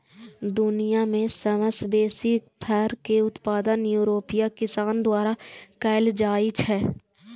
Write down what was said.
दुनिया मे सबसं बेसी फर के उत्पादन यूरोपीय किसान द्वारा कैल जाइ छै